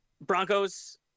Broncos